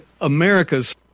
America's